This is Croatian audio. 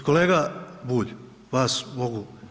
I kolega Bulj, vas mogu.